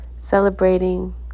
celebrating